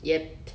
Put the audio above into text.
yep